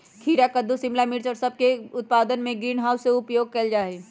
खीरा कद्दू शिमला मिर्च और सब के उत्पादन में भी ग्रीन हाउस के उपयोग कइल जाहई